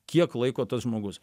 kiek laiko tas žmogus